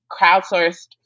crowdsourced